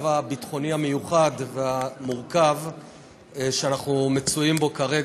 הביטחוני המיוחד והמורכב שאנחנו מצויים בו כרגע,